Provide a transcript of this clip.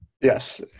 Yes